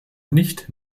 nicht